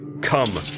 Come